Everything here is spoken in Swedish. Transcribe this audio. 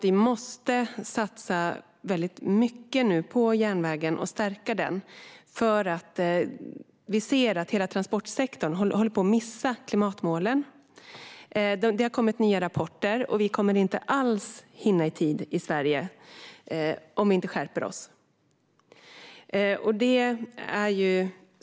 Vi måste satsa mycket på järnvägen och stärka den. Vi ser att hela transportsektorn håller på att missa klimatmålen. Det har kommit nya rapporter som visar att vi inte alls kommer att hinna i tid i Sverige om vi inte skärper oss.